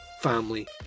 family